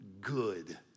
good